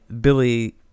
Billy